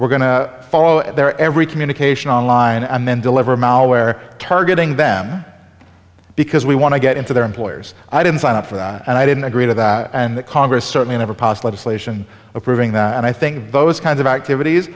we're going to follow their every communication line and then deliver malware targeting them because we want to get into their employers i didn't sign up for that and i didn't agree to that and the congress certainly never pos legislation approving that and i think those kinds of activities